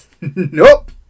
Nope